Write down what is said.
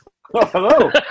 Hello